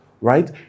right